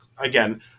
again